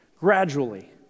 gradually